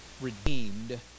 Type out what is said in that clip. redeemed